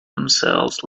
themselves